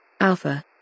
Alpha